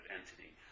entity